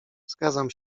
zgadzam